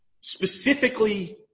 specifically